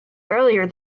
earlier